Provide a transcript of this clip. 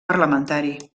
parlamentari